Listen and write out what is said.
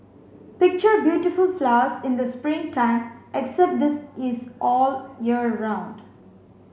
picture beautiful flowers in the spring time except this is all year round